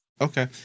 Okay